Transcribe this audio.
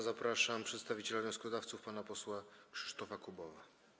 Zapraszam przedstawiciela wnioskodawców pana posła Krzysztofa Kubowa.